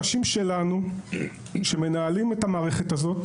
זה כאילו אנשים שלנו שמנהלים את המערכת הזאת,